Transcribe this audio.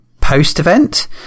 post-event